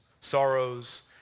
sorrows